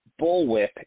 bullwhip